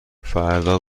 فردا